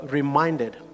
reminded